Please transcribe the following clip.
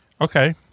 Okay